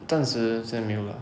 暂时现在没有 lah